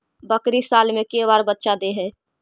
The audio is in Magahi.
बकरी साल मे के बार बच्चा दे है?